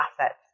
assets